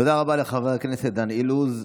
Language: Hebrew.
תודה רבה לחבר הכנסת דן אילוז.